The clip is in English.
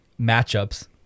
matchups